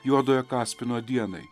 juodojo kaspino dienai